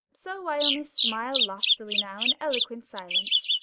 so i only smile loftily now in eloquent silence.